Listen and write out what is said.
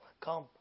Come